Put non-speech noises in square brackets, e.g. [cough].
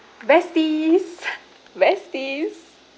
besties [breath] besties